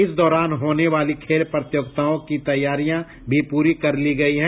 इस दौरान होने वाली खेल प्रतियोगिताओं की तैयारियां भी पूरी कर ली गयी है